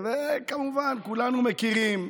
וכמובן, כולנו מכירים,